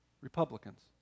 Republicans